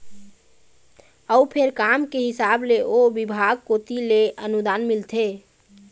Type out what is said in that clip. अउ फेर काम के हिसाब ले ओ बिभाग कोती ले अनुदान मिलथे